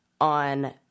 on